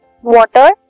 Water